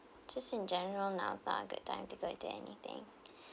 just in general now's not a good time to go with anything